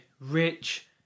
rich